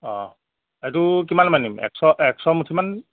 অঁ এইটো কিমান বান্ধিম একশ একশ মুঠিমান